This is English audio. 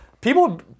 people